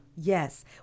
Yes